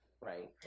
right